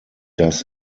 das